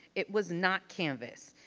it was not canvas.